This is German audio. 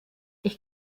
ich